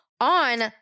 on